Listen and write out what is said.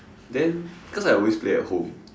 then cause I always play at home